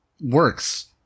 works